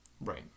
Right